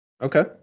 Okay